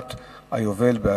השם ייקום דמו,